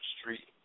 street